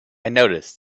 noticed